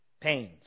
pains